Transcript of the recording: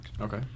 Okay